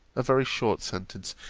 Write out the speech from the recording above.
a very short sentence,